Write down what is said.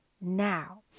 now